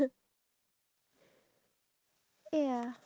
because there's this vlogger that I watch